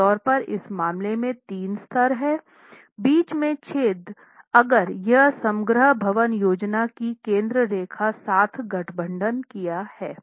आम तौर पर इस मामले में तीन स्तर हैं बीच में छेद अगर यह समग्र भवन योजना की केंद्र रेखा साथ गठबंधन किया है